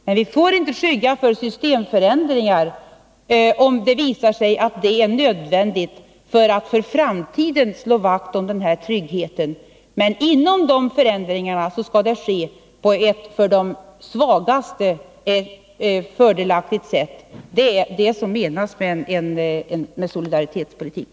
Men vi får inte skygga för systemförändringar, om det visar sig att sådana är nödvändiga när det gäller att för framtiden slå vakt om tryggheten. Förändringarna skall emellertid ske på ett för de svagaste fördelaktigt sätt. Det är det som menas med solidaritetspolitik.